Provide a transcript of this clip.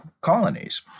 colonies